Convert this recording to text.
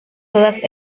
todas